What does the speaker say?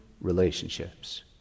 relationships